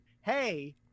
hey